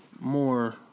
More